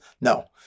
no